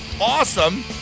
awesome